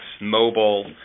mobile